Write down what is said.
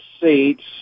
seats